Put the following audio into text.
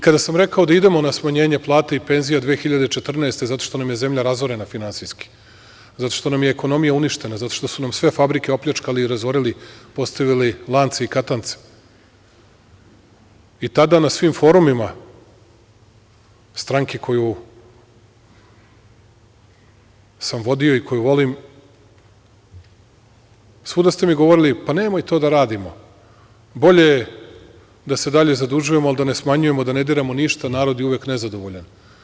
Kada sam rekao da idemo na smanjenje plata i penzija 2014. godine, zato što nam je zemlja razorena finansijski, zato što nam je ekonomija uništena, zato što su nam sve fabrike opljačkali i razorili, postavili lance i katance i tada na svim forumima stranke koju sam vodio i koju volim, svuda ste mi govorili – pa, nemoj to da radimo, bolje je da se dalje zadužujemo, ali da ne smanjujemo, da ne diramo ništa, narod je uvek nezadovoljan.